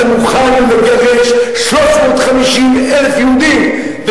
אתה מוכן לגרש 350,000 יהודים.